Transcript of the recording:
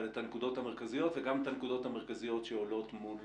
אבל את הנקודות המרכזיות וגם את הנקודות המרכזיות שעולות מול